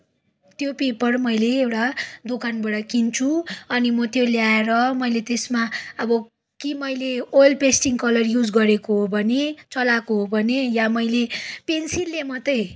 त्यो पेपर मैले एउटा दोकानबाट किन्छु अनि म त्यो ल्याएर मैले त्यसमा अब कि मैले ओयल पेस्टिङ कलर युज गरेको हो भने चलाएको हो भनी या मैले पेन्सिलले मात्रै